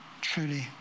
truly